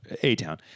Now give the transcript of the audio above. A-Town